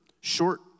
short